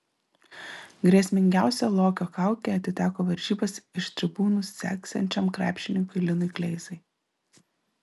grėsmingiausia lokio kaukė atiteko varžybas iš tribūnų seksiančiam krepšininkui linui kleizai